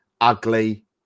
ugly